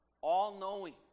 all-knowing